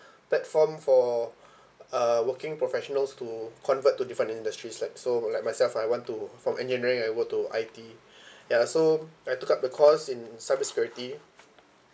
platform for uh working professionals to convert to different industries like so like myself I want to from engineering I go to I_T ya so I took up the course in cyber security